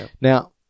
Now